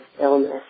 illness